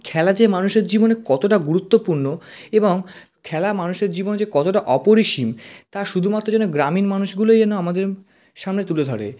খেলা যে মানুষের জীবনে কতটা গুরুত্বপূর্ণ এবং খেলা মানুষের জীবনে যে কতটা অপরিসীম তা শুধুমাত্র যেন গ্রামীণ মানুষগুলোই যেন আমাদের সামনে তুলে ধরে